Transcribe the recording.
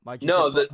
No